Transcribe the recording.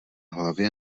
hlavě